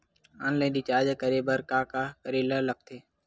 Online recharge करे बर का का करे ल लगथे?